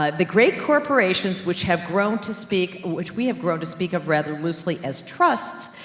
um the great corporations, which have grown to speak, which we have grown to speak of rather loosely as trusts,